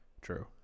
True